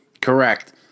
Correct